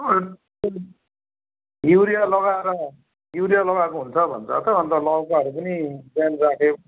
urea लगाएर urea लगाएको हुन्छ भन्छ त अन्त लौकाहरू पनि बिहान राखेको